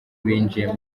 binjiye